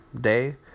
day